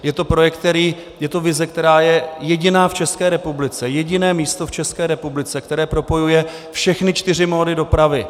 Je to projekt, vize, která je jediná v České republice, jediné místo v České republice, které propojuje všechny čtyři mody dopravy.